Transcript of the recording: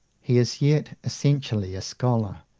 he is yet essentially a scholar,